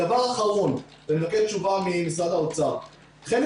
דבר אחרון ונבקש תשובה ממשרד האוצר- חלק